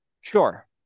Sure